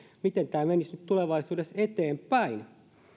miten tämä menisi nyt tulevaisuudessa eteenpäin